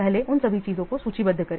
पहले उन सभी चीजों को सूचीबद्ध करें